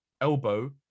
elbow